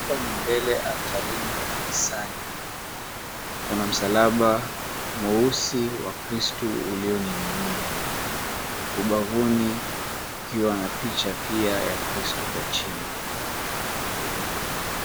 Hapa ni mbele altarini kanisani. Kuna msalaba mweusi wa Kristu ulioning'inia. Ubavuni, kukiwa na picha pia ya Kristu kwa chini.